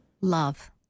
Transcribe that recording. Love